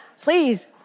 Please